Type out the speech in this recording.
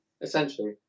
essentially